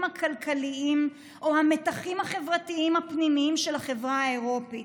הכלכליים או המתחים החברתיים הפנימיים של החברה האירופית.